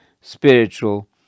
spiritual